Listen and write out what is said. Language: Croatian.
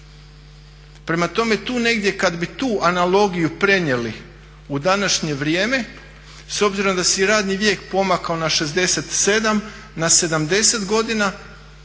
Prema tome, tu negdje kada bi tu analogiju prenijeli u današnje vrijeme s obzirom da se je i radni vijek pomakao na 67, na 70 godina,